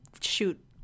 shoot